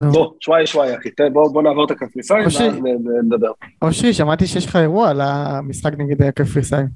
בואו, שוויה שוויה אחי, בואו נעבור את הקפריסאים ואז נדבר. -אושי, שמעתי שיש לך אירוע על המשחק נגד הקפריסאים.